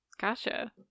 Gotcha